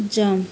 jump